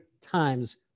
times